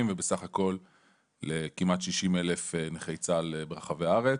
וסך הכל לכמעט 60 אלף נכי צה"ל ברחבי הארץ.